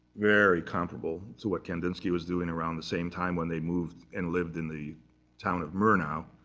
very comparable to what kandinsky was doing around the same time, when they moved and lived in the town of murnau.